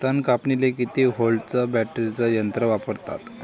तन कापनीले किती व्होल्टचं बॅटरी यंत्र वापरतात?